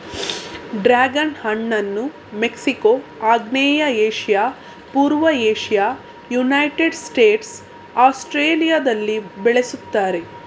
dragon ಹಣ್ಣನ್ನು Mexico, ಆಗ್ನೇಯ Asia, ಪೂರ್ವ ಏಷ್ಯಾ, ಯುನೈಟೆಡ್ ಸ್ಟೇಟ್ಸ್, ಆಸ್ಟ್ರೇಲಿಯಾದಲ್ಲಿ ಬೆಳೆಸುತ್ತಾರೆ